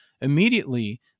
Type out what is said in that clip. immediately